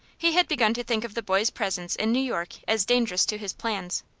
he had begun to think of the boy's presence in new york as dangerous to his plans.